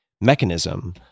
mechanism